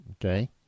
Okay